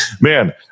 Man